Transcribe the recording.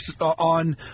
on